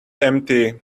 empty